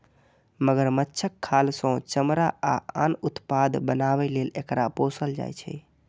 मगरमच्छक खाल सं चमड़ा आ आन उत्पाद बनाबै लेल एकरा पोसल जाइ छै